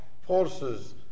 forces